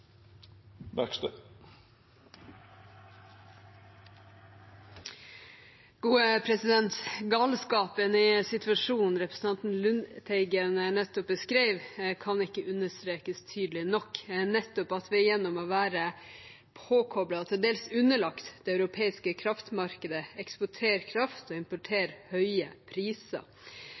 Galskapen i situasjonen som representanten Lundteigen nettopp beskrev, kan ikke understrekes tydelig nok, nettopp at vi gjennom å være påkoblet og til dels underlagt det europeiske kraftmarkedet, eksporterer kraft og importerer høye priser.